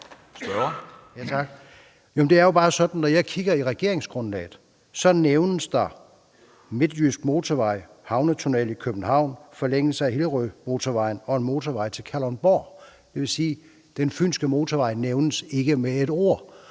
Det er bare sådan, at når jeg kigger i regeringsgrundlaget, ser jeg, at der nævnes en midtjysk motorvej, en havnetunnel i København, forlængelse af Hillerødmotorvejen og en motorvej til Kalundborg. Det vil sige, at Fynske Motorvej ikke nævnes med et ord.